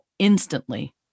Instantly